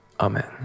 Amen